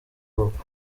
hop